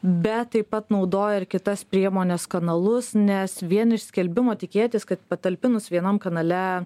bet taip pat naudoja ir kitas priemones kanalus nes vien iš skelbimo tikėtis kad patalpinus vienam kanale